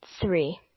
three